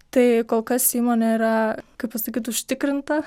tai kol kas įmonė yra kaip pasakyt užtikrinta